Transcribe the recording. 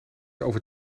over